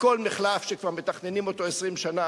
וכל מחלף שכבר מתכננים אותו 20 שנה,